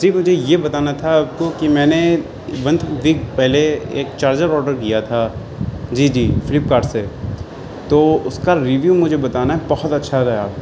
جی مجھے یہ بتانا تھا آپ کو کہ میں نے ونتھ ویک پہلے ایک چارجر آڈر کیا تھا جی جی فلپکارٹ سے تو اس کا ریویو مجھے بتانا ہے بہت اچھا گیا